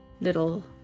little